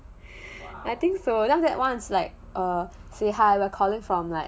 I think so then after that one's like err say hi we are calling from like